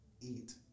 eat